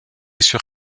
sur